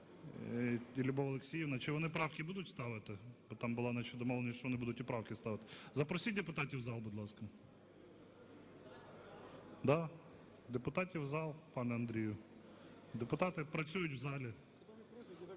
І Любов Олексіївна. Чи вони правки будуть ставити? Там була наче домовленість, що вони будуть і правки ставити. Запросіть депутатів в зал, будь ласка. Да, депутатів в зал, пане Андрію. Депутати працюють в залі.